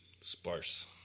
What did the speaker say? sparse